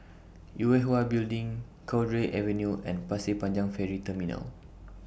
Yue Hwa Building Cowdray Avenue and Pasir Panjang Ferry Terminal